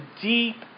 deep